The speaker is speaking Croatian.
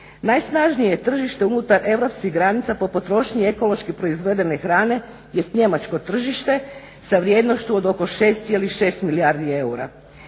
Najsnažnije tržište unutar europskih granica po potrošnji ekološki proizvedene hrane jest njemačko tržište sa vrijednošću oko 6,6 milijardi eura.